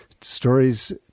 Stories